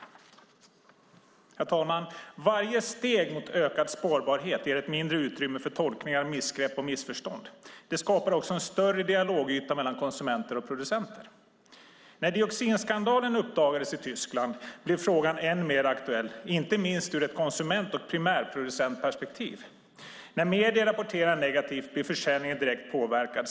Herr talman! Varje steg mot ökad spårbarhet ger mindre utrymme för tolkningar, missgrepp och missförstånd. Det skapar också en större dialogyta mellan konsumenter och producenter. När dioxinskandalen uppdagades i Tyskland blev frågan än mer aktuell, inte minst ur ett konsument och primärproducentperspektiv. När medier rapporterar negativt blir försäljningen direkt påverkad.